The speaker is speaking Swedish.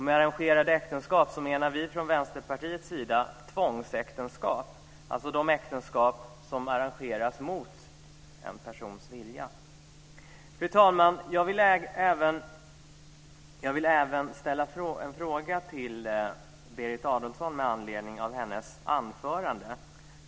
Med arrangerade äktenskap menar vi från Fru talman! Jag vill även ställa en fråga till Berit Adolfsson med anledning av hennes anförande.